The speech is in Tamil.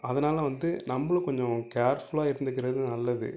அதனால் வந்து நம்பளும் கொஞ்சம் கேர்ஃபுல்லாக இருந்துக்கிறது நல்லது